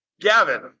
Gavin